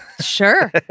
Sure